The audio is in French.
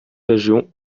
régions